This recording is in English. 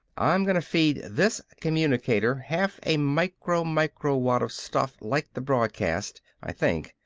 i'm gonna feed this communicator half a micro-micro-watt of stuff like the broadcast i think,